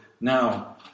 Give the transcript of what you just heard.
Now